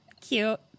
cute